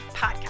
Podcast